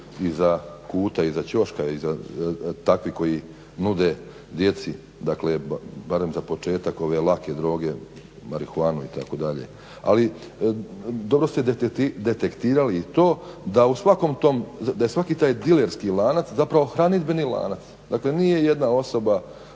iza kuta, iza ćoška takvi koji nude djeci, dakle barem za početak ove lake droge, marihuanu, itd. Ali dobro ste detektirali i to da u svakom tom, da je svaki taj dilerski lanac zapravo hranidbeni lanac, dakle nije jedna osoba